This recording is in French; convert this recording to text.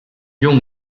ion